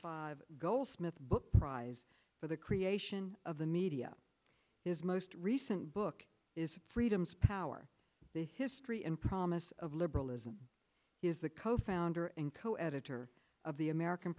five goldsmith book prize for the creation of the media his most recent book is freedom's power the history and promise of liberalism is the co founder and coeditor of the american